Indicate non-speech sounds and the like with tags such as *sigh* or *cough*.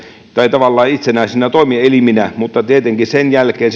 tavallaan itsenäisinä toimieliminä mutta tietenkin senkin jälkeen *unintelligible*